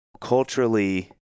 culturally